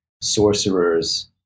sorcerers